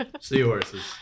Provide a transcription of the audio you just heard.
Seahorses